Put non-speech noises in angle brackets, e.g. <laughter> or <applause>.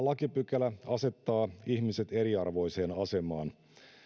<unintelligible> lakipykälä asettaa ihmiset eriarvoiseen asemaan